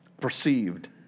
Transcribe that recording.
perceived